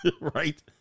Right